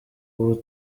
ubu